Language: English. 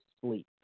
Sleep